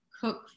cook